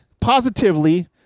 positively